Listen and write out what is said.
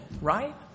Right